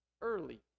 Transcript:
early